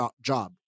job